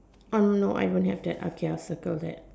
uh no no I don't have that okay I'll circle that